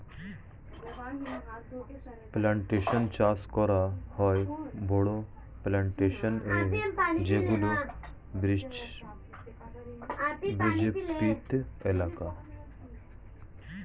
plantation চাষ করা হয় বড়ো প্লানটেশন এ যেগুলি বৃক্ষরোপিত এলাকা